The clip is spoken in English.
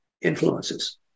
influences